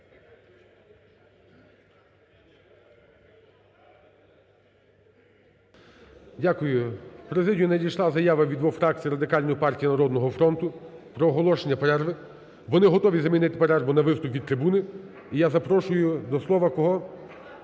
Дякую. У президію надійшла заява від двох фракцій Радикальної партії і "Народного фронту" про оголошення перерви. Вони готові замінити перерву на виступ від трибуни і я запрошую до слова, кого?